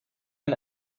and